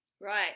Right